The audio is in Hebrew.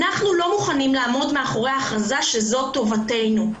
אנחנו לא מוכנים לעמוד מאחורי ההכרזה שזו טובתנו.